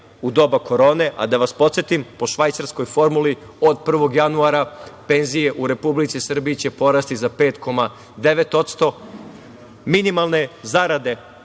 u doba korone. Da vas podsetim, po „švajcarskoj formuli“ od 1. januara penzije u Republici Srbiji će porasti za 5,9%, minimalne zarade